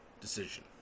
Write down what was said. decision